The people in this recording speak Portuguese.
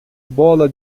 bola